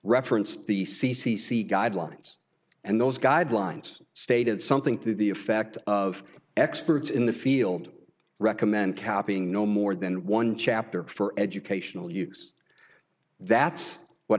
referenced the c c c guidelines and those guidelines stated something to the effect of experts in the field recommend copying no more than one chapter for educational use that's what